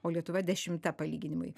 o lietuva dešimta palyginimui